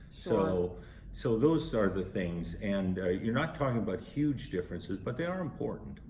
so so those so are the things. and you're not talking about huge differences, but they are important.